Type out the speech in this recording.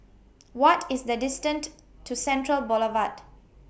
What IS The distant to Central Boulevard